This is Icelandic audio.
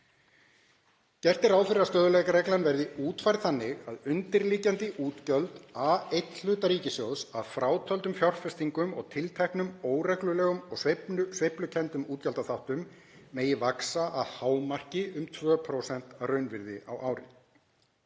fyrir að stöðugleikareglan verði útfærð þannig að undirliggjandi útgjöld A1-hluta ríkissjóðs, að frátöldum fjárfestingum og tilteknum óreglulegum og sveiflukenndum útgjaldaþáttum, megi vaxa að hámarki um 2,0% að raunvirði á ári.